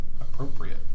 appropriate